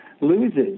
loses